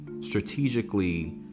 strategically